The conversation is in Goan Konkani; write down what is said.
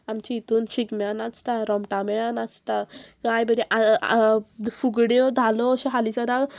आमची हितून शिगम्या नाचता रोमटा मेळा नाचता कांय बरी फुगड्यो धालो अश्यो हालींसरा